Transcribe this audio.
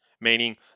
meaning